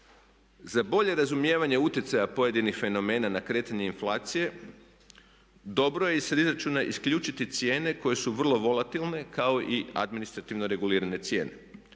Za bolje razumijevanje utjecaja pojedinih fenomena na kretanje inflacije dobro je iz izračuna isključiti cijene koje su vrlo volatilne kao i administrativno regulirane cijene.